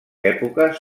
èpoques